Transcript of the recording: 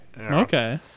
Okay